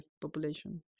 population